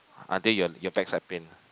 until your your backside pain ah